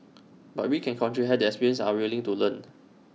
but we can contribute have the experience and are willing to learn